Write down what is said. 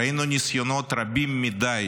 ראינו ניסיונות רבים מדי